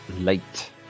late